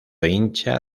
hincha